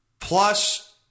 Plus